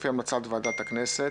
לפי המלצת ועדת הכנסת.